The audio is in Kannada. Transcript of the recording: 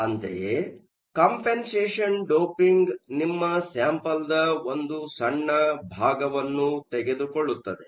ಅಂತೆಯೇ ಕಂಪನ್ಸೇಷನ್ ಡೋಪಿಂಗ್ ನಿಮ್ಮ ಸ್ಯಾಂಪಲ್ದ ಒಂದು ಸಣ್ಣ ಭಾಗವನ್ನು ತೆಗೆದುಕೊಳ್ಳುತ್ತದೆ